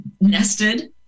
nested